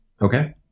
Okay